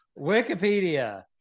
Wikipedia